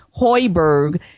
Hoiberg